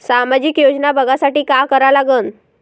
सामाजिक योजना बघासाठी का करा लागन?